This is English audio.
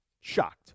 Shocked